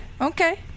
okay